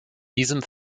diesem